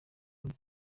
muri